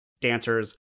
dancers